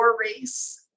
race